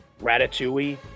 Ratatouille